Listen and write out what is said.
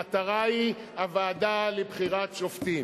המטרה היא הוועדה לבחירת שופטים.